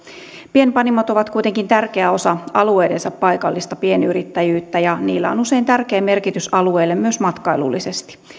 pienpanimot ovat kuitenkin tärkeä osa alueidensa paikallista pienyrittäjyyttä ja niillä on usein tärkeä merkitys alueelle myös matkailullisesti